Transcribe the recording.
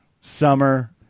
summer